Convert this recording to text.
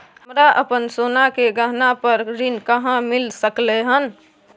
हमरा अपन सोना के गहना पर ऋण कहाॅं मिल सकलय हन?